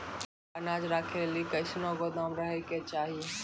अनाज राखै लेली कैसनौ गोदाम रहै के चाही?